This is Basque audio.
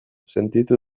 sentitu